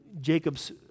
Jacob's